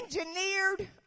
engineered